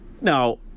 Now